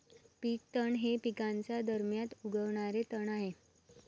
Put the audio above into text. पीक तण हे पिकांच्या दरम्यान उगवणारे तण आहे